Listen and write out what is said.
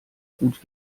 gut